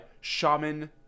Shaman